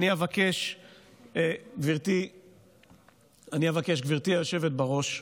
גברתי היושבת בראש,